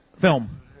film